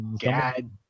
God